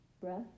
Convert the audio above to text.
breath